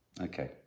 okay